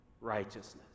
righteousness